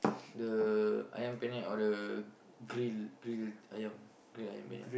the Ayam-Penyet or the grill grill ayam grill Ayam-Penyet